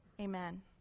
amen